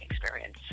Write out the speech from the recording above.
experience